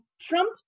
Trump